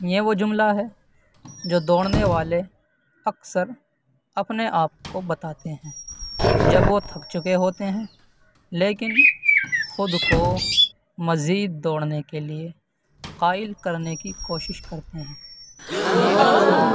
یہ وہ جملہ ہے جو دوڑنے والے اکثر اپنے آپ کو بتاتے ہیں جب وہ تھک چکے ہوتے ہیں لیکن خود کو مزید دوڑنے کے لیے قائل کرنے کی کوشش کرتے ہیں یہ اکثر